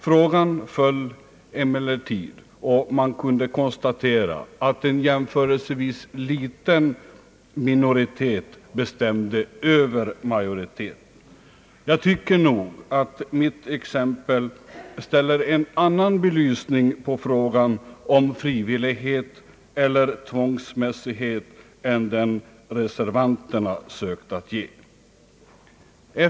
Frågan föll, och man kunde konstatera att en jämförelsevis liten minoritet bestämde över majoriteten. Jag tycker nog att detta exempel ställer frågan om frivillighet eller tvångsmässighet i en annan belysning än den reservanterna sökt ge.